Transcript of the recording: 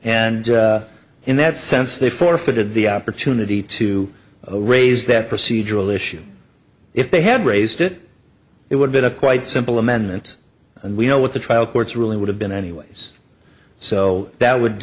and in that sense they forfeited the opportunity to raise that procedural issue if they had raised it it would been a quite simple amendment and we know what the trial court's ruling would have been anyways so that would